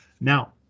Now